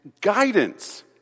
guidance